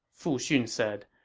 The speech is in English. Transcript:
fu xun said.